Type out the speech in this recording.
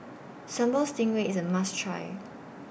Sambal Stingray IS A must Try